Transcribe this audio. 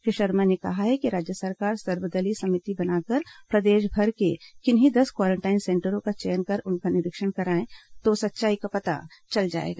श्री शर्मा ने कहा है कि राज्य सरकार सर्वदलीय समिति बनाकर प्रदेशभर के किन्हीं दस क्वारेंटाइन सेंटरों का चयन कर उनका निरीक्षण कराएं तो सच्चाई का पता चल जाएगा